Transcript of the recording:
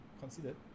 Considered